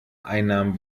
einnahmen